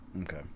Okay